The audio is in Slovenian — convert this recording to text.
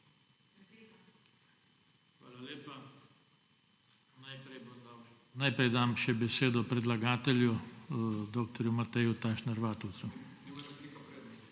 Hvala lepa. Najprej dam še besedo predlagatelju dr. Mateju Tašner Vatovcu.